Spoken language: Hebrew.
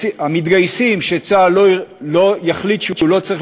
שהמתגייסים שצה"ל יחליט שהוא לא צריך